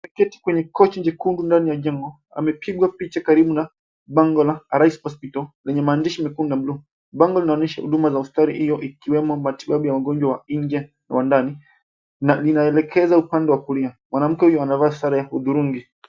Ameketi kwenye kochi jekundu ndani ya jengo, amepigwa picha karibu na bango la Arise Hospital lenye maandishi. Bango linaonyesha huduma za hospitali io ikiwemo matibabu ya mgonjwa nje na wa ndani na ina elekeza upande wa kulia. Mwanamke uyo amevaa sare ya hudhurugi.